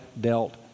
dealt